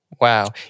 Wow